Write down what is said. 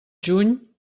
juny